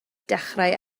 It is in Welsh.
dechrau